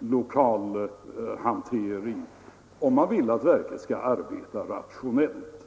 lokalhantering om man vill att verken skall arbeta effektivt.